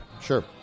sure